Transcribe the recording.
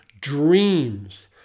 dreams